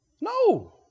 No